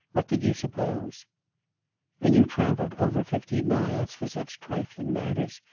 what did you suppose and you travelled over fifty miles for such trifling matters?